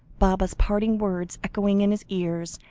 baba's parting words echoing in his ears,